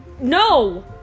No